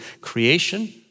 Creation